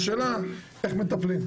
השאלה איך מטפלים.